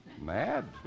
Mad